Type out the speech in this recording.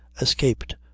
escaped